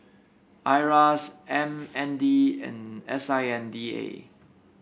Iras M N D and S I N D A